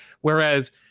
whereas